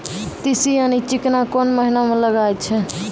तीसी यानि चिकना कोन महिना म लगाय छै?